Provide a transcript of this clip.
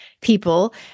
people